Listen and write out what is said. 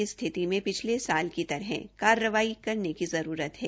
इस स्थिति में पिछले साल की तहर कार्रवाई करने की जरूरत है